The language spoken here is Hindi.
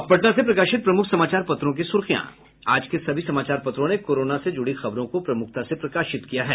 अब पटना से प्रकाशित प्रमुख समाचार पत्रों की सुर्खियां आज के सभी समाचार पत्रों ने कोरोना से जुड़ी खबरों को प्रमुखता से प्रकाशित किया है